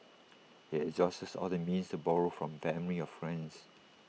he had exhausted all the means to borrow from family or friends